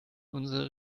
unsere